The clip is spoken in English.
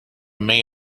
may